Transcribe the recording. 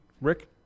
Rick